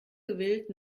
gewillt